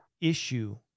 issue